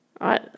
right